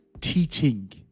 teaching